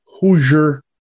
Hoosier